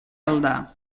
elda